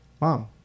Mom